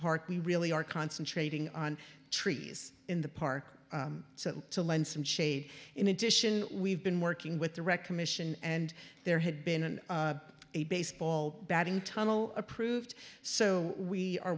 park we really are concentrating on trees in the park to lend some shade in addition we've been working with direct commission and there had been an a baseball batting tunnel approved so we are